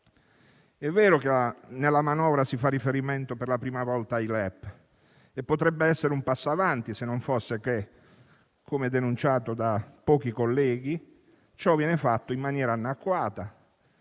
È vero che nella manovra si fa riferimento per la prima volta ai LEP e potrebbe essere un passo avanti, se non fosse che, come denunciato da pochi colleghi, ciò viene fatto in maniera annacquata,